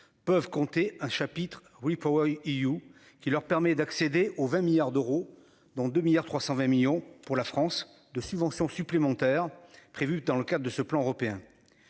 peuvent compter un chapitre oui pour You qui leur permet d'accéder aux 20 milliards d'euros dans 2 milliards 320 millions pour la France de subventions supplémentaires prévus dans le cadre de ce plan européen.